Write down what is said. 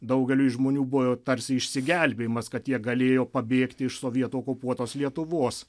daugeliui žmonių buvo tarsi išsigelbėjimas kad jie galėjo pabėgti iš sovietų okupuotos lietuvos